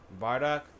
Bardock